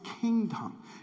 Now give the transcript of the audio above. kingdom